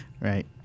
Right